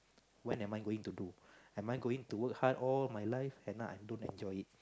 when am I going to do am I going to work hard all my life end up I don't enjoy it